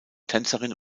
tänzerin